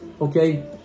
okay